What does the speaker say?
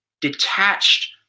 detached